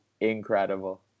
incredible